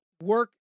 work